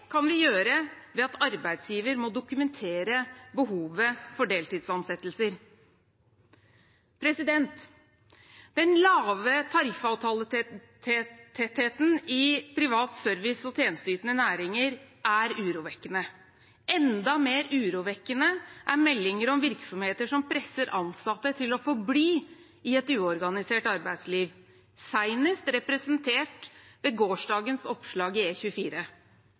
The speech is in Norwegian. kan vi gjøre ved at arbeidsgiver må dokumentere behovet for deltidsansettelser. Den lave tariffavtaletettheten i privat service og tjenesteytende næringer er urovekkende. Enda mer urovekkende er meldinger om virksomheter som presser ansatte til å forbli i et uorganisert arbeidsliv, senest representert ved gårsdagens oppslag i